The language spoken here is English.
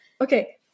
Okay